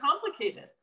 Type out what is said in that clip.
complicated